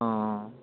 অঁ